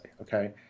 okay